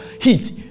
heat